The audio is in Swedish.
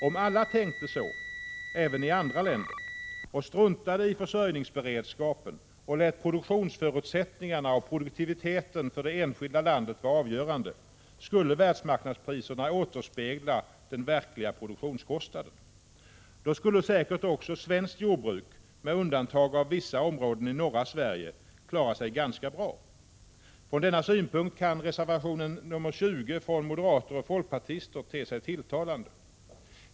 Om alla tänkte så, även i andra länder, och struntade i försörjningsberedskapen och lät produktionsförutsättningarna och produktiviteten för det enskilda landet vara avgörande, skulle världsmarknadspriserna återspegla den verkliga produktionskostnaden. Då skulle säkert också svenskt jordbruk, med undantag av vissa områden i norra Sverige, klara sig ganska bra. Från denna synpunkt kan reservation nr 20 från moderater och folkpartister te sig tilltalande.